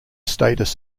status